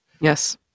yes